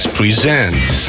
presents